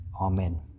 amen